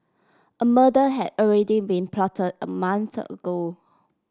a murder had already been plot a month ago